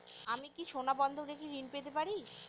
আমি কি সোনা বন্ধক রেখে ঋণ পেতে পারি?